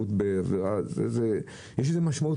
יש לזה משמעות